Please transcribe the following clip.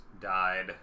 died